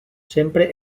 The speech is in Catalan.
sempre